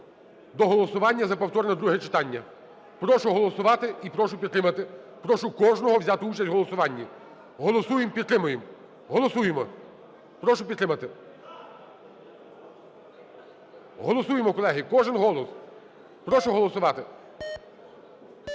до голосування за повторне друге читання. Прошу голосувати і прошу підтримати. Прошу кожного взяти участь в голосуванні. Голосуємо. Підтримуємо. Голосуємо. Прошу підтримати. Голосуємо, колеги, кожен голос. Прошу голосувати.